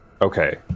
Okay